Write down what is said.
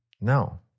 No